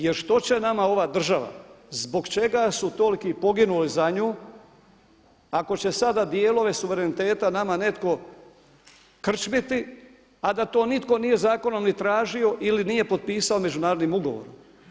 Jer što će nama ova država, zbog čega su toliki poginuli za nju ako će sada dijelove suvereniteta nama netko krčmiti a da to nitko nije zakonom ni tražio ili nije potpisao međunarodnim ugovorom.